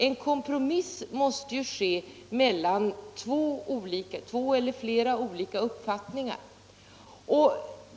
En kompromiss måste grundas på två eller flera olika uppfattningar.